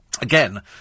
Again